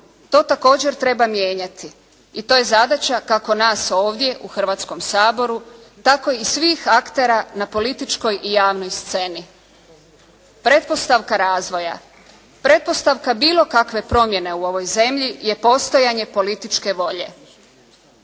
To također treba mijenjati i to je zadaća kako nas ovdje u Hrvatskom saboru, tako i svih aktera na političkoj i javnoj sceni. Pretpostavka razvoja, pretpostavka bilo kakve promjene u ovoj zemlji je postojanje političke volje.